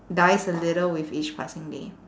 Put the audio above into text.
dies a little with each passing day